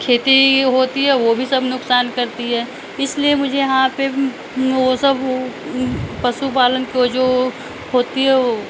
खेती होती है वो भी सब नुकसान करती है इसलिए मुझे यहाँ पर वो सब पशुपालन को जो होती है